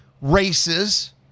races